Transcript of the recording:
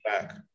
back